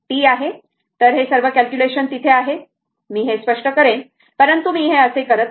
तर हे सर्व कॅलक्युलेशन तिथे आहेत हे मी स्पष्ट करेन परंतु मी हे असे करत आहे